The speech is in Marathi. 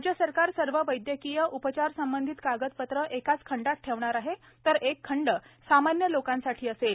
राज्य सरकार सर्व वैदयकीय उपचार संबंधित कागदपत्रे एकाच खंडात ठेवणार आहे तर एक खंड सामान्य लोकांसाठी असेल